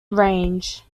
range